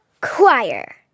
choir